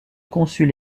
consul